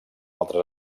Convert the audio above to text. altres